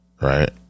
right